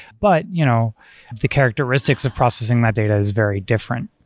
but you know the characteristics of processing that data is very different.